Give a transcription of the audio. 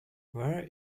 where